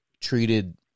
treated